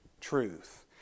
truth